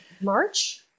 March